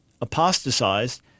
apostatized